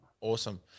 Awesome